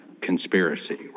conspiracy